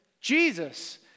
Jesus